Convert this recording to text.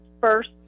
first